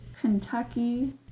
Kentucky